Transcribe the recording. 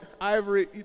ivory